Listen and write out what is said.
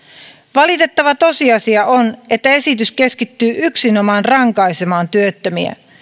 valitettava tosiasia on että esitys keskittyy yksinomaan rankaisemaan työttömiä